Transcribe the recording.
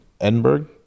Edinburgh